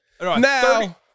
now